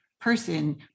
person